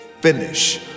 finish